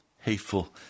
hateful